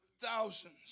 thousands